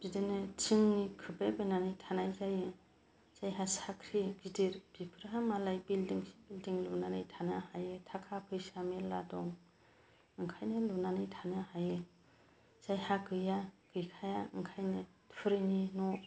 बिदिनो टिननि खोबबाय बायनानै थानाय जायो जायहा साख्रि गिदिर बिसोरहा मालाय बिल्दिं सिल्दिं लुनानै थानो हायो थाखा फैसा मेल्ला दं ओंखायनो लुनानै थानो हायो जायहा गैया गैखाया ओंखायनो थुरिनि न'